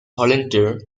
volunteer